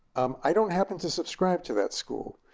um i don't happen to subscribe to that school.